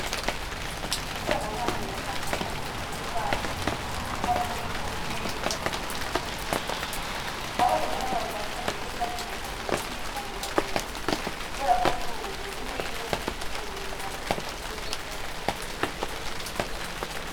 Ikoranabuhanga rirakataje hano mu gihugu cyacu, aho abanyeshuri basigaye biga bakoresheje mudasobwa. Abarimu na bo bavuga ko ubu buryo bwagize akamaro gakomeye cyane mu burezi, kubera ko kuri ubu buri munyeshuri wese afite ubumenyi buhagije kuri mudasobwa.